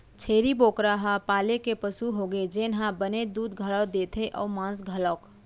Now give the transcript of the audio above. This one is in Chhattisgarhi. छेरी बोकरा ह पाले के पसु होगे जेन ह बने दूद घलौ देथे अउ मांस घलौक